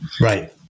Right